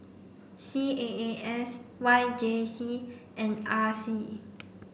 C A A S Y J C and R C